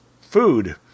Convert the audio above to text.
food